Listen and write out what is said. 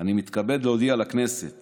אני מתכבד להודיע לכנסת